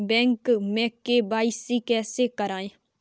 Bank में K Y C कैसे करायें?